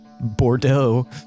Bordeaux